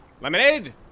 Lemonade